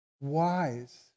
wise